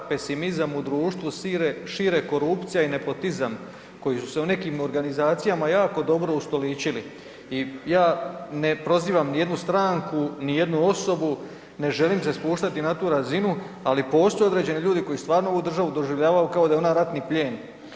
Pesimizam u društvu šire korupcija i nepotizam koji su se u nekim organizacijama jako dobro ustoličili i ja ne prozivam nijednu stranku, nijednu osobu, ne želim se spuštati na tu razinu, ali postoje određeni ljudi koji stvarno ovu državu doživljavaju kao da je ona ratni plijen.